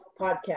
Podcast